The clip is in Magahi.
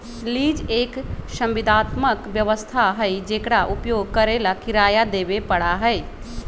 लीज एक संविदात्मक व्यवस्था हई जेकरा उपयोग करे ला किराया देवे पड़ा हई